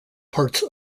parts